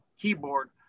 keyboard